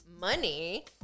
money